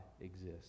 exists